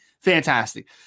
fantastic